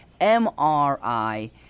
MRI